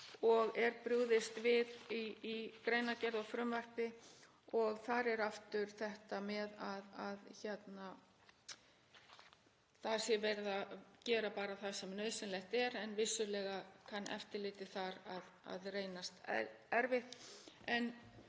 og er brugðist við í greinargerð og frumvarpi og þar er aftur þetta með að það sé verið að gera bara það sem nauðsynlegt er. Vissulega kann eftirlitið að reynast erfitt